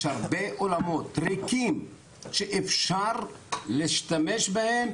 יש הרבה אולמות ריקים שאפשר להשתמש בהם,